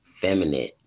feminine